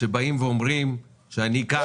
שבאים ואומרים שאני כאן לא מנהל את הוועדה.